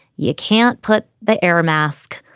you can't put the air mask,